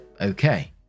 okay